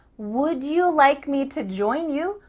would you like me to join you?